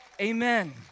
Amen